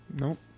nope